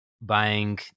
buying